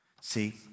See